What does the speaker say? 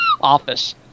office